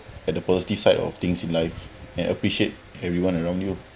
at the positive side of things in life and appreciate everyone around you